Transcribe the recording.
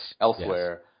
Elsewhere